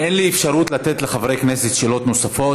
אין לי אפשרות לתת לחברי כנסת שאלות נוספות,